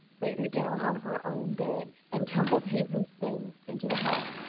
laid her down on her own bed, and tumbled hazen's things into the hall.